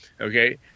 Okay